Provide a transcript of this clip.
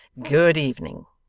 good evening